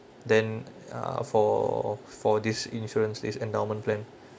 then uh for for this insurance this endowment plan